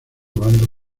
banda